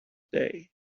day